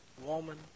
woman